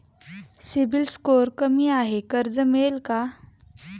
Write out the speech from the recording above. CIBIL score कमी आहे कर्ज मिळेल का?